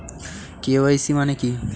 KYC মানে কি?